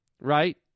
right